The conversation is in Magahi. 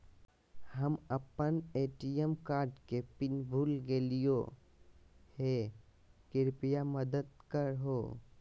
हम अप्पन ए.टी.एम कार्ड के पिन भुला गेलिओ हे कृपया मदद कर हो